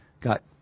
got